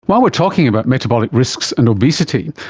while we are talking about metabolic risks and obesity,